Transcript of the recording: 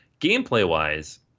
Gameplay-wise